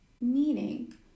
meaning